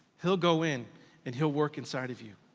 he'll go in and he'll work inside of you,